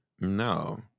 no